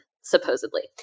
supposedly